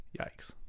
Yikes